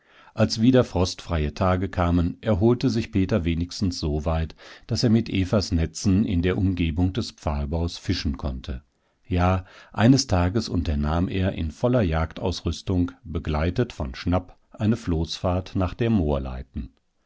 als wieder frostfreie tage kamen erholte sich peter wenigstens soweit daß er mit evas netzen in der umgebung des pfahlbaus fischen konnte ja eines tages unternahm er in voller jagdausrüstung begleitet von schnapp eine floßfahrt nach der